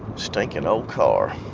stinking old car.